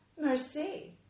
Merci